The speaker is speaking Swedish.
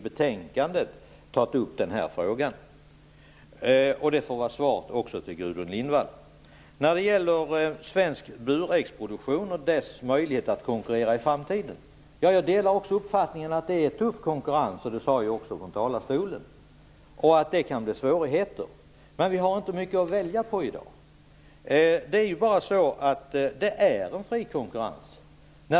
Denna fråga har också tagits upp i betänkandet. Detta är mitt svar till Gudrun När det gäller svensk buräggsproduktion och dess möjlighet att konkurrera i framtiden delar jag uppfattningen att konkurrensen är tuff. Det kan bli svårigheter. Men vi har inte mycket att välja på i dag. Det råder fri konkurrens.